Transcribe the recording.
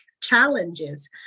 challenges